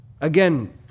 Again